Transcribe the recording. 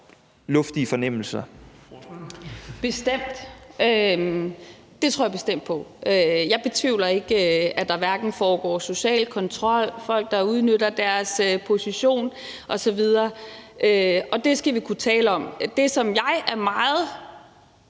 Zenia Stampe (RV): Det tror jeg bestemt på. Jeg betvivler ikke, at der foregår social kontrol, og at der er folk, der udnytter deres position osv., og det skal vi kunne tale om. Det, som jeg er meget